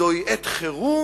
זוהי עת חירום,